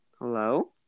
Hello